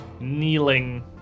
kneeling